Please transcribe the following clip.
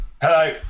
Hello